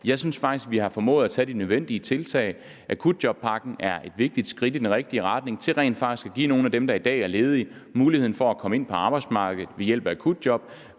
Jeg synes faktisk, at vi har formået at tage de nødvendige tiltag. Akutjobpakken er et vigtigt skridt i den rigtige retning til rent faktisk at give nogle af dem, der i dag er ledige, muligheden for at komme ind på arbejdsmarkedet ved hjælp af akutjob